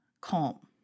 calm